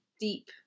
deep